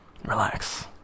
relax